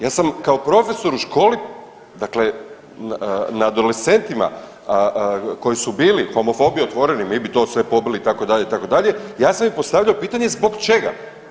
Ja sam kao profesor u školi dakle na adolescentima koji su bili homofobi otvoreni mi bi to sve pobili itd., itd., ja sam im postavljao pitanje zbog čega.